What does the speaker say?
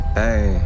hey